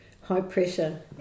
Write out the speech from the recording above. high-pressure